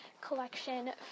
collection